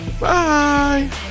Bye